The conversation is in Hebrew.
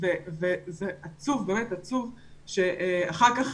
וזה עצוב, באמת עצוב שאחר כך